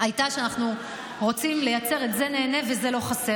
הייתה שאנחנו רוצים לייצר את "זה נהנה וזה לא חסר".